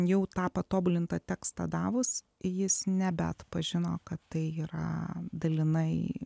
jau tą patobulintą tekstą davus jis nebeatpažino kad tai yra dalinai